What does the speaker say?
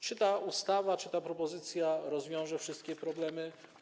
Czy ta ustawa, ta propozycja, rozwiąże wszystkie problemy?